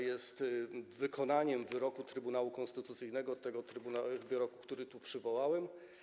Jest ona wykonaniem wyroku Trybunału Konstytucyjnego, tego wyroku, który tu przywołałem.